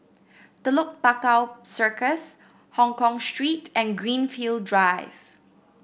Telok Paku Circus Hongkong Street and Greenfield Drive